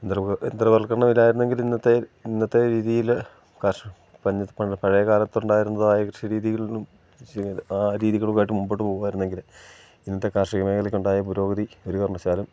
യന്ത്രവൽക്കരണം ഇല്ലായിരുന്നെങ്കിലിന്നത്തെ ഇന്നത്തെ രീതിയിൽ പഴയ കാലത്ത് ഉണ്ടായിരുന്നതായ കൃഷി രീതിയിൽ നിന്നും കൃഷി ആ രീതികളുവായിട്ട് മുമ്പോട്ട് പോകുവായിരുന്നെങ്കിൽ ഇന്നത്തെ കാർഷികമേഖലയ്ക്ക് ഉണ്ടായ പുരോഗതി ഒര്കാരണവശാലും